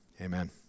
Amen